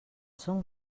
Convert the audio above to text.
són